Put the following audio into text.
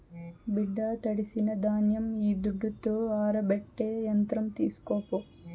బిడ్డా తడిసిన ధాన్యం ఈ దుడ్డుతో ఆరబెట్టే యంత్రం తీస్కోపో